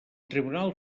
tribunal